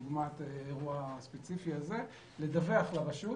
דוגמת האירוע הספציפי הזה לדווח לרשות.